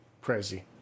crazy